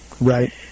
Right